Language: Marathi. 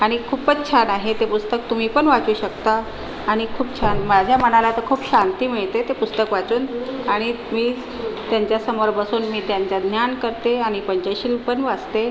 आणि खूपच छान आहे ते पुस्तक तुम्हीपण वाचू शकता आणि खूप छान माझ्या मनाला तर खूप शांती मिळते ते पुस्तक वाचून आणि मी त्यांच्या समोर बसून मी त्यांचं ध्यान करते आणि पंचशील पण वाचते